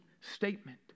statement